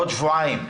עוד שבועיים,